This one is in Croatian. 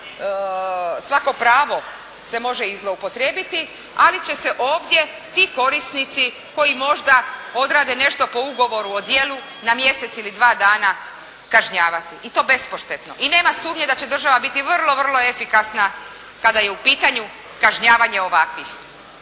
svako pravo se može i zloupotrijebiti, ali će se ovdje ti korisnici koji možda odrade nešto po ugovoru u djelu na mjesec ili dva dana kažnjavati i to bespoštetno. I nema sumnje da će država biti vrlo, vrlo efikasna kada je u pitanju kažnjavanje ovakvih.